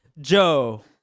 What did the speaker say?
Joe